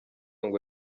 ngo